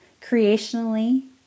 Creationally